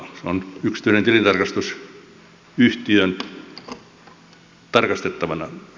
se on yksityisen tilintarkastusyhtiön tarkastettavana